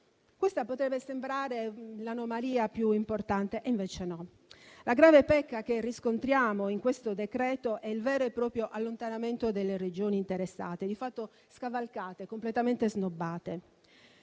Questa potrebbe sembrare l'anomalia più importante, e invece no. La grave pecca che riscontriamo in questo decreto è il vero e proprio allontanamento delle Regioni interessate, di fatto scavalcate, completamente snobbate.